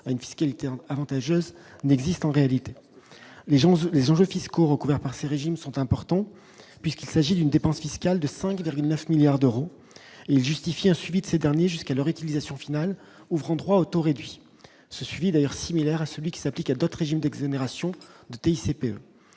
à une fiscalité avantageuse n'existent en réalité les gens les enjeux fiscaux recouverts par ces régimes sont importants puisqu'il s'agit d'une dépense fiscale de 5 9 milliards d'euros justifier suivi de ces derniers jusqu'à leur utilisation finale ouvrant droit au taux réduit ce suivi d'ailleurs similaire à celui qui s'applique à d'autres régimes d'exonération de TCP,